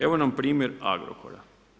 Evo nam primjer Agrokora.